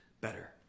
better